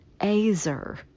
azer